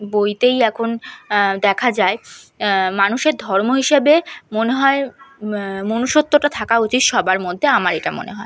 বইতেই এখন দেখা যায় মানুষের ধর্ম হিসাবে মনে হয় মনুষ্যত্বটা থাকা উচিত সবার মধ্যে আমার এটা মনে হয়